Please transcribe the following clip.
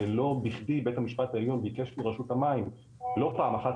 ולא בכדי בית המשפט העליון ביקש מרשות המים לא פעם אחת